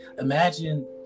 Imagine